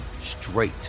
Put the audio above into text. straight